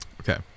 okay